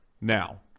Now